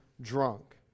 drunk